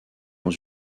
dans